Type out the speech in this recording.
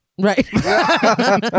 Right